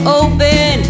open